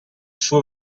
suo